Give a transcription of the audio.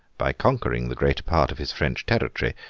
by conquering the greater part of his french territory,